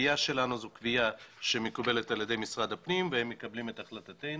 הקביעה שלנו זו קביעה שמקובלת על ידי משרד הפנים והם מקבלים את החלטתנו.